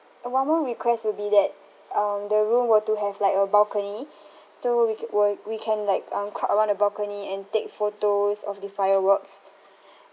uh one more request will be that um the room were to have like a balcony so we ca~ were we can like um crowd around the balcony and take photos of the fireworks